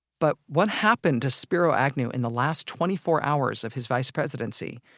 but what happened to spiro agnew in the last twenty four hours of his vice presidency,